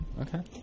okay